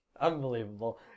Unbelievable